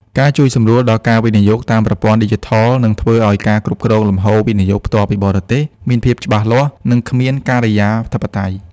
ការជួយសម្រួលដល់ការវិនិយោគតាមប្រព័ន្ធឌីជីថល នឹងធ្វើឱ្យការគ្រប់គ្រងលំហូរ វិនិយោគផ្ទាល់ពីបរទេស មានភាពច្បាស់លាស់ និងគ្មានការិយាធិបតេយ្យ។